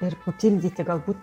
ir papildyti galbūt